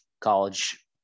college